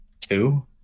two